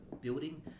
building